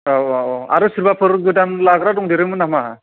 औ औ आरो सोरबाफोर गोदान लाग्रा दंदेरोमोन नामा